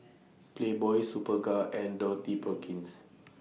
Playboy Superga and Dorothy Perkins